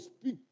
speak